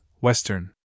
Western